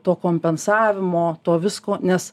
to kompensavimo to visko nes